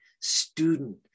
student